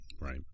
Right